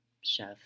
chef